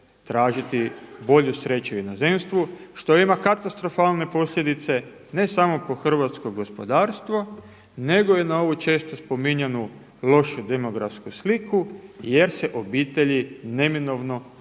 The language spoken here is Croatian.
tražiti bolju sreću u inozemstvu što ima katastrofalne posljedice ne samo po hrvatsko gospodarstvo, nego i na ovu često spominjanu lošu demografsku sliku jer se obitelji neminovno